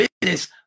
business